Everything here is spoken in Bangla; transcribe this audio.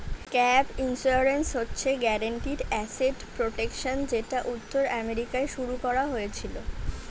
গ্যাপ ইন্সুরেন্স হচ্ছে গ্যারিন্টিড অ্যাসেট প্রটেকশন যেটা উত্তর আমেরিকায় শুরু করা হয়েছিল